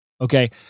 Okay